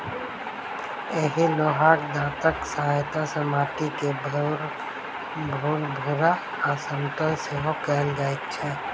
एहि लोहाक दाँतक सहायता सॅ माटि के भूरभूरा आ समतल सेहो कयल जाइत छै